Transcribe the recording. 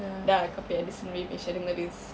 dah kau punya addison rae punya sharing dah habis